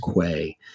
Quay